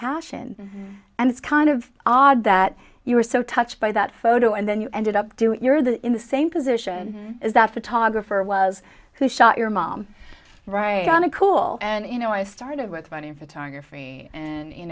passion and it's kind of odd that you were so touched by that photo and then you ended up doing your the in the same position as that photographer was who shot your mom right on a cool and you know i started with writing photography and you